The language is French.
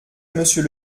monsieur